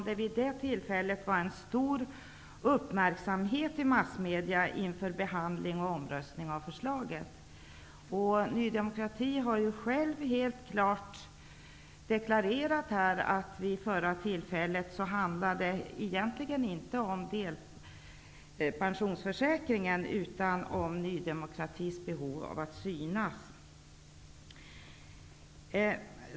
Då var det ju stor uppmärksamhet i massmedierna inför behandlingen av förslaget och den därpå följande omröstningen. Ny demokrati har helt klart här deklarerat att det vid förra tillfället egentligen inte handlade om delpensionsförsäkringen utan om Ny demokratis behov av att synas.